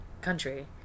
country